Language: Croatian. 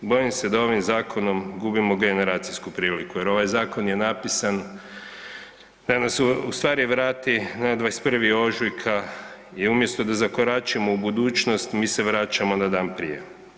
Bojim se da ovim zakonom gubimo generacijsku priliku jer ovaj zakon je napisan da nas ustvari vrati na 21. ožujka i umjesto da zakoračimo u budućnost, mi se vraćamo na dan prije.